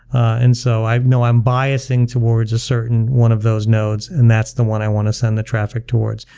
and so i know i'm biasing towards a certain one of those nodes, and that's the one i want to send the traffic towards,